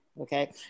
Okay